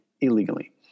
illegally